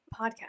podcast